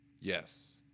yes